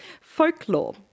folklore